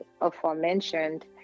aforementioned